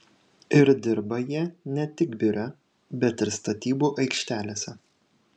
ir dirba jie ne tik biure bet ir statybų aikštelėse